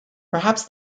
perhaps